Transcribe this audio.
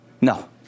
No